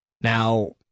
Now